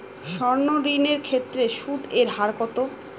সর্ণ ঋণ এর ক্ষেত্রে সুদ এর হার কত?